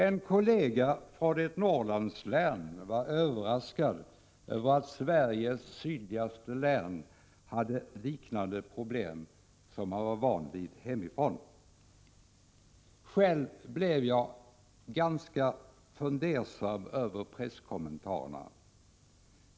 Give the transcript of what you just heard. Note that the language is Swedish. En kollega från ett Norrlandslän var överraskad över att Sveriges sydligaste län hade liknande problem som dem han var van vid hemifrån. Jag blev ganska fundersam över presskommentarerna.